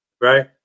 right